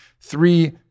three